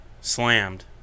slammed